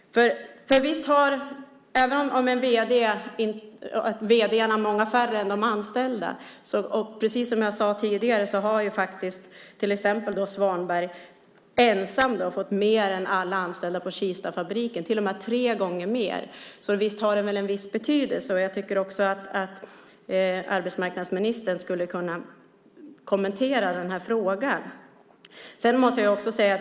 Visst är vd:arna betydligt färre än de anställda men precis som jag sade tidigare har till exempel Svanberg ensam fått mer än alla anställda på Kistafabriken - till och med tre gånger mer. Visst har det en viss betydelse. Jag tycker att arbetsmarknadsministern skulle kunna kommentera den frågan.